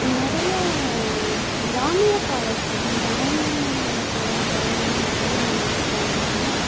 நிறைய கிராமிய பாடல்கள் கிராமிய பாடல்கள்லாம் வந்து நிறைய அவங்க வந்து பாடுனாங்க